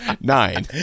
Nine